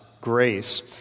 grace